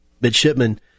midshipman